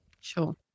Sure